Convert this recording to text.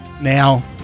Now